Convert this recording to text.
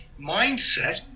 mindset